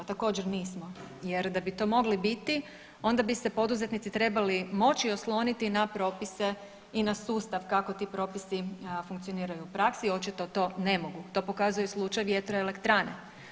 Također nismo jer da bi to mogli biti onda bi se poduzetnici trebali moći osloniti na propise i na sustav kako ti propisi funkcioniraju u praksi, očito to ne mogu, to pokazuje slučaj vjetroelektrane.